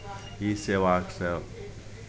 ई सेवासँ